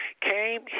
Came